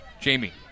Jamie